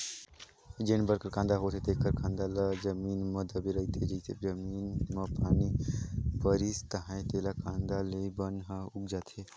जेन बन कर कांदा होथे तेखर कांदा ह जमीन म दबे रहिथे, जइसे जमीन म पानी परिस ताहाँले ले कांदा ले बन ह उग जाथे